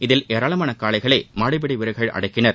இதில் ஏராளமான காளைகளை மாடுபிடி வீரர்கள் அடக்கினர்